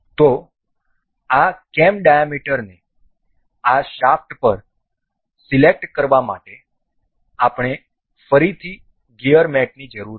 તેથી આ કેમ ડાયામીટરને આ શાફ્ટ પર પસંદ કરવા માટે આપણે ફરીથી ગિયર મેટની જરૂર છે